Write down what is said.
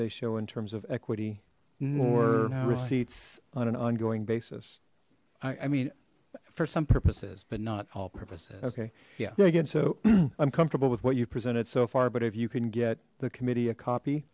they show in terms of equity more receipts on an ongoing basis i mean for some purposes but not all purposes okay yeah again so i'm comfortable with what you've presented so far but if you can get the committee a